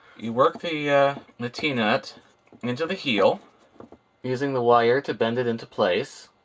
you work the ah the t-nut into the heel using the wire to bend it into place.